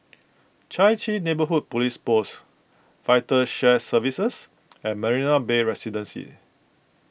Chai Chee Neighbourhood Police Post Vital Shared Services and Marina Bay Residences